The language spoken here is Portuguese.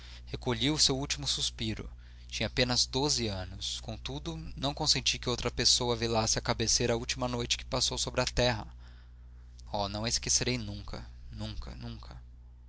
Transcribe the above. recolhi o seu último suspiro tinha apenas doze anos contudo não consenti que outra pessoa velasse à cabeceira a última noite que passou sobre a terra oh não a esquecerei nunca nunca